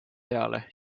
peale